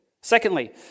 Secondly